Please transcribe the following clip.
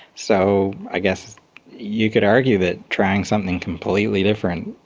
so i guess you could argue that trying something completely different,